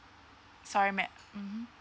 sorry ma~ mmhmm